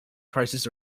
prices